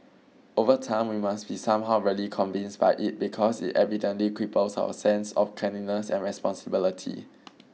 over time we must be somehow really convinced by it because it evidently cripples our sense of cleanliness and responsibility